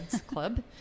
club